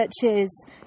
churches